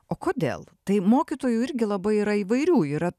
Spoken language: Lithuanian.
o kodėl tai mokytojų irgi labai yra įvairių yra